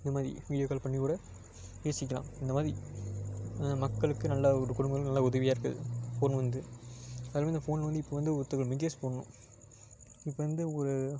இந்தமாதிரி video call பண்ணிக்கூட பேசிக்கலாம் இந்தமாதிரி மக்களுக்கு நல்ல ஒரு குடும்பங்கள் நல்ல ஒரு உதவியாக இருக்குது ஃபோனு வந்து அதேமாதிரி இந்த ஃபோன் வந்து இப்போது வந்து ஒருத்தங்களுக்கு மெசேஜ் போடணும் இப்போ வந்து ஒரு